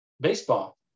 Baseball